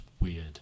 weird